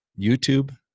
YouTube